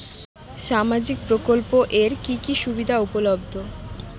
সামাজিক প্রকল্প এর কি কি সুবিধা উপলব্ধ?